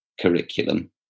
curriculum